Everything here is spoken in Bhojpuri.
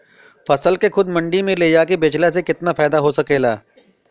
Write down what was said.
फसल के खुद मंडी में ले जाके बेचला से कितना फायदा हो सकेला?